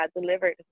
delivered